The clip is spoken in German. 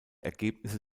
ergebnisse